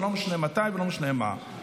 זה לא משנה מתי ולא משנה מה.